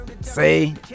Say